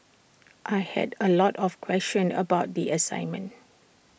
I had A lot of questions about the assignment